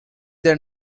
their